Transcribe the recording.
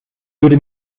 würde